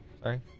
Sorry